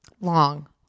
long